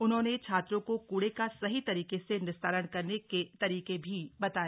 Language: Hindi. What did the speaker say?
उन्होंने छात्रों को कूड़े का सही तरीके से निस्तारण करने के तरीके भी बताए